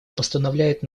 постановляет